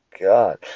God